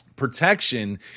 Protection